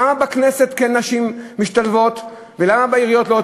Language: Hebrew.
למה בכנסת נשים כן משתלבות ולמה בעיריות לא?